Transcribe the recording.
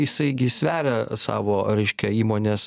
jisai gi sveria savo reiškia įmonės